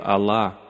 Allah